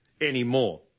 anymore